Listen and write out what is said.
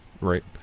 Right